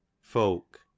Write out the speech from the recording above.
folk